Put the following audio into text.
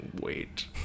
wait